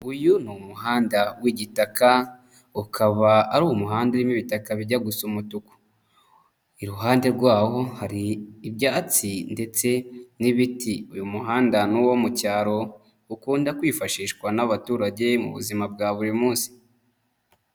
Uyu ni umuhanda w'igitaka, ukaba ari umuhanda urimo ibitaka bijya gusa umutuku, iruhande rwawo hari ibyatsi ndetse n'ibiti. Uyu muhanda ni uwo mu cyaro, ukunda kwifashishwa n'abaturage mu buzima bwa buri munsi.